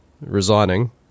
resigning